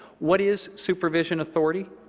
what is supervision authority?